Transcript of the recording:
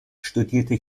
studierte